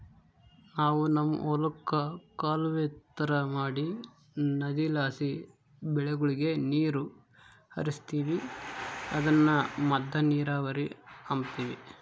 ನಾವು ನಮ್ ಹೊಲುಕ್ಕ ಕಾಲುವೆ ತರ ಮಾಡಿ ನದಿಲಾಸಿ ಬೆಳೆಗುಳಗೆ ನೀರು ಹರಿಸ್ತೀವಿ ಅದುನ್ನ ಮದ್ದ ನೀರಾವರಿ ಅಂಬತೀವಿ